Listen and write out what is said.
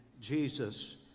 Jesus